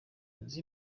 nzu